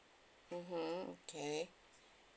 mmhmm okay